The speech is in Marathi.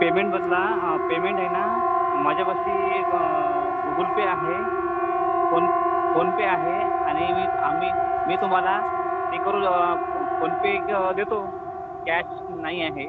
पेमेंट बदला पेमेंट आहे ना माझ्यापाशी गूगल पे आहे फोन फोन पे आहे आणि मी आम्ही मी तुम्हाला पे करू फोन पे देतो कॅश नाही आहे